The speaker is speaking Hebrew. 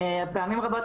פעמים רבות,